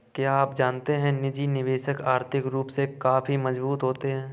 क्या आप जानते है निजी निवेशक आर्थिक रूप से काफी मजबूत होते है?